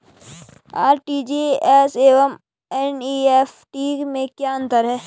RTGS एवं NEFT में क्या अंतर है?